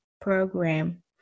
program